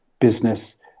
business